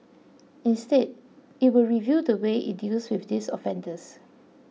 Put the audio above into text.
instead it will review the way it deals with these offenders